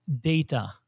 data